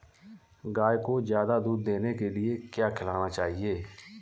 गाय को ज्यादा दूध देने के लिए क्या खिलाना चाहिए?